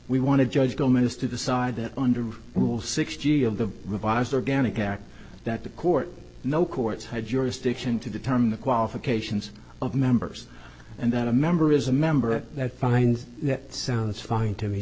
we want to judge thomas to decide that under rule sixty of the revised organic act that the court no courts have jurisdiction to determine the qualifications of members and that a member is a member of that find that sounds fine to me